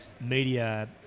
media